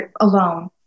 alone